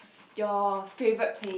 your favourite place